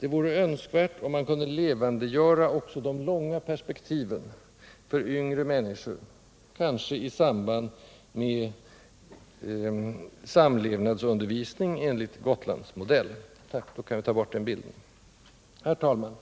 Det vore önskvärt att man kunde levandegöra också de långa perspektiven för yngre människor, kanske i samband med samlevnadsundervisning enligt Gotlandsmodell. Herr talman!